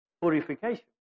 purification